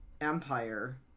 empire